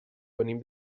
venim